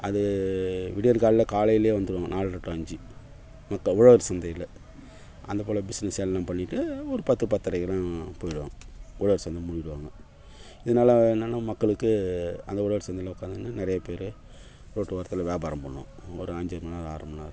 அது விடியற்காலைல காலையிலே வந்துடும் நாலரை டூ அஞ்சு உழவர் சந்தையில் அந்தப் போல பிஸ்னஸ் எல்லாம் பண்ணிட்டு ஒரு பத்து பத்தரைக்கெலாம் போய்விடுவாங்க உழவர் சந்தை மூடிடுவாங்க இதனால் என்னன்னால் மக்களுக்கு அந்த உழவர் சந்தையில் உக்கார்ந்துன்னு நிறையா பேர் ரோட்டு ஓரத்தில் வியாபாரம் பண்ணுவோம் ஒரு அஞ்சு மணிநேரம் ஆறு மணிநேரம்